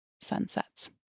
sunsets